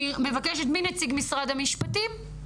אני מבקשת, מי נציג משרד המשפטים?